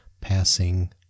passing